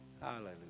Hallelujah